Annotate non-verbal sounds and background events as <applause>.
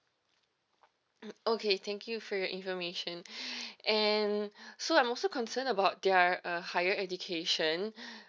mm okay thank you for your information <breath> and so I'm also concern about their uh higher education <breath>